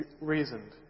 reasoned